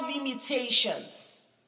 limitations